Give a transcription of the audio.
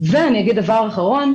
ואני אגיד דבר אחרון,